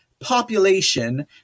population